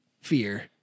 fear